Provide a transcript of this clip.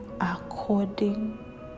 according